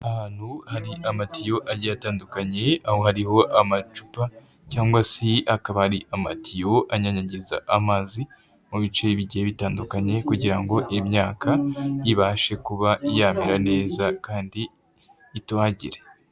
Ahantu hari amatiyo agiye atandukanye, aho hariho amacupa cyangwa se hakaba hari amatiyo anyanyagiza amazi mu bice bigiye bitandukanye kugira ngo imyaka ibashe kuba yamera neza kandi itohagire.